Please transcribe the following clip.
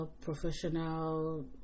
professional